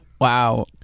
wow